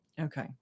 okay